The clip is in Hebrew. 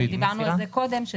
דיברנו על זה גם קודם.